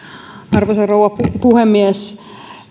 arvoisa rouva puhemies